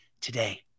today